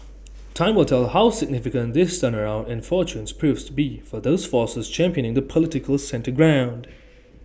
time will tell how significant this turnaround in fortunes proves to be for those forces championing the political centre ground